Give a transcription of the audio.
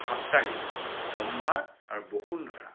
সাপ্তাহিক সম্ভাৰ আৰু বসুন্ধৰা